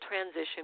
transition